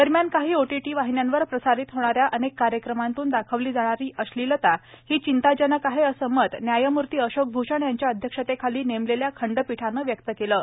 दरम्यान काही ओटीटी वाहिन्यांवर प्रसारित होणाऱ्या अनेक कार्यक्रमांतून दाखवली जाणारी अश्लीलता ही चिंताजनक आहे असं मत न्यायमूर्ती अशोक भूषण यांच्या अध्यक्षतेखाली नेमलेल्या खंडपीठानं व्यक्त केलं आहे